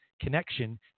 connection